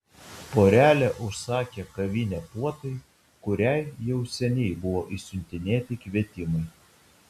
porelė užsakė kavinę puotai kuriai jau seniai buvo išsiuntinėti kvietimai